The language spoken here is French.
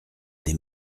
des